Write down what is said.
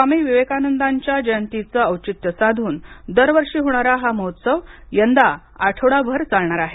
स्वामी विवेकानंदांच्या जयंतीचे औचित्य साधून दरवर्षी होणारा हा महोत्सव यंदा आठवडाभर चालणार आहे